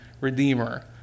redeemer